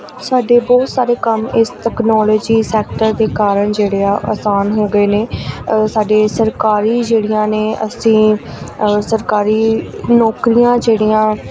ਸਾਡੇ ਬਹੁਤ ਸਾਰੇ ਕੰਮ ਇਸ ਤਕਨੋਲੋਜੀ ਸੈਕਟਰ ਦੇ ਕਾਰਨ ਜਿਹੜੇ ਆ ਆਸਾਨ ਹੋ ਗਏ ਨੇ ਸਾਡੇ ਸਰਕਾਰੀ ਜਿਹੜੀਆਂ ਨੇ ਅਸੀਂ ਸਰਕਾਰੀ ਨੌਕਰੀਆਂ ਜਿਹੜੀਆਂ